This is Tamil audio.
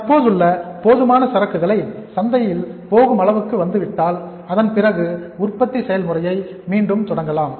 தற்போதுள்ள போதுமான சரக்குகளை சந்தையில் போகும் அளவுக்கு வந்துவிட்டால் அதன் பிறகு உற்பத்தி உற்பத்தி செயல்முறையை மீண்டும் தொடங்கலாம்